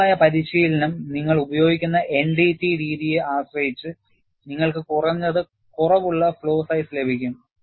പൊതുവായ പരിശീലനം നിങ്ങൾ ഉപയോഗിക്കുന്ന NDT രീതിയെ ആശ്രയിച്ച് നിങ്ങൾക്ക് കുറഞ്ഞത് കുറവുള്ള ഫ്ലോ സൈസ് ലഭിക്കും